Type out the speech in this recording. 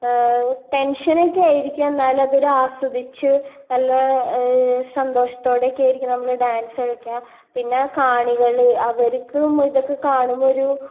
ടെൻഷനൊക്കെ ആയിരിക്കും എന്നാലും അതൊരു ആസ്വദിച്ച് നല്ല സന്തോഷത്തോടെ ഒക്കെ ആയിരിക്കും നമ്മൾ ഡാൻസ് കളിക്കുക പിന്നെ കാണികൾ അവഋക്കും ഇതൊക്കെ കാണുമ്പോൾ ഒരു